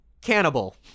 Cannibal